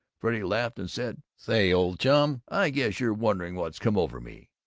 freddy laughed and said, say, old chum, i guess you're wondering what's come over me.